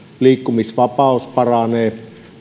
liikkumisvapaus paranee